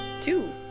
two